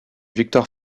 victoire